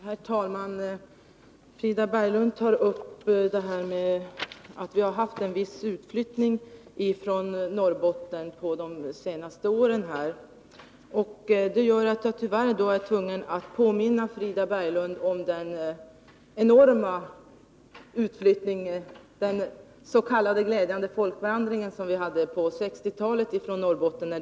Herr talman! Frida Berglund tar upp detta med att vi haft en viss utflyttning från Norrbotten under de senaste åren. Det gör att jag tyvärr är tvungen att påminna Frida Berglund om den enorma utflyttning — den s.k. glädjande folkvandringen — som vi hade på 1960-talet.